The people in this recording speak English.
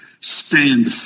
Stand